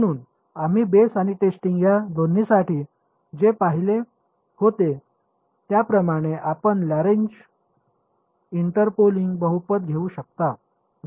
म्हणून आम्ही बेस आणि टेस्टिंग या दोन्हीसाठी जे पाहिले होते त्याप्रमाणे आपण लाग्रेज इंटरपोलिंग बहुपद घेऊ शकता